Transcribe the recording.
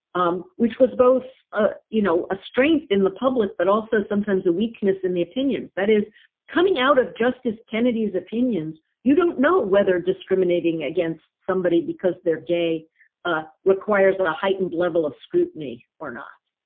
um which was both, ah you know, a strength in the public, but also sometimes a weakness in the opinions that is coming out of justice kennedy's opinions. you don't know whether discriminating against somebody because they're gay ah requires a heightened level of scrutiny or not.